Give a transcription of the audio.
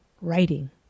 writing